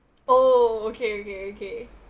oh okay okay okay